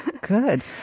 Good